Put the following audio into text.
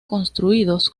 construidos